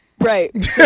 Right